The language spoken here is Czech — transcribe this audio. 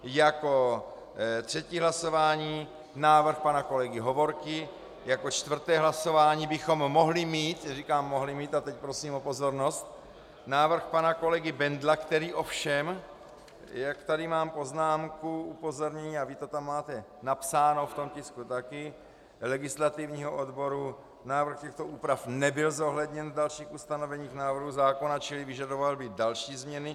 Jako třetí hlasování návrh pana kolegy Hovorky, jako čtvrté hlasování bychom mohli mít říkám mohli mít a teď prosím o pozornost návrh pana kolegy Bendla, který ovšem, jak tady mám poznámku, upozornění, a vy to tam máte napsáno v tom tisku také, legislativního odboru: návrh těchto úprav nebyl zohledněn v dalších ustanoveních návrhu zákona, čili vyžadoval by další změny.